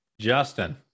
justin